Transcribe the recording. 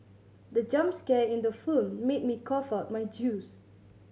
the jump scare in the film made me cough out my juice